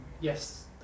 Yes